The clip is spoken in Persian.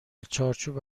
چارچوب